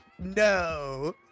No